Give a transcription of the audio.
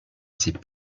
ses